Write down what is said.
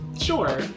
Sure